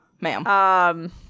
ma'am